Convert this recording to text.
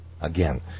Again